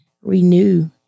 renew